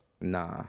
Nah